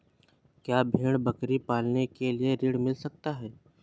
क्या भेड़ बकरी पालने के लिए ऋण मिल सकता है?